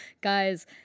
guys